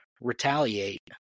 retaliate